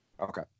Okay